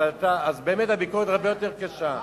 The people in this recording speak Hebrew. אז באמת הביקורת הרבה יותר קשה.